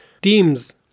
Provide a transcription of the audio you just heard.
teams